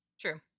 True